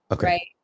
right